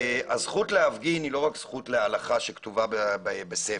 הזכות להפגין היא לא רק זכות להלכה שכתובה בספר.